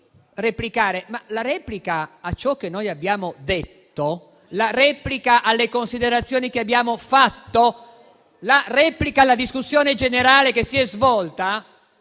Ma la replica a ciò che abbiamo detto, la replica alle considerazioni che abbiamo fatto, la replica alla discussione generale che si è svolta,